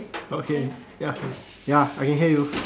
okay ya k ya I can hear you